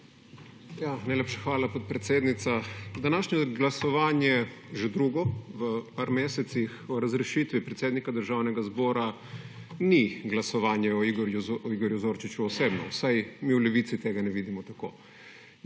(PS Levica): Hvala, podpredsednica. Današnje glasovanje je že drugo v par mesecih o razrešitvi predsednika Državnega zbora ni glasovanje o Igorju Zorčiču osebno vsaj mi v Levici tega ne vidimo tako.